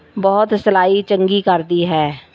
ਬਹੁਤ ਸਿਲਾਈ ਚੰਗੀ ਕਰਦੀ ਹੈ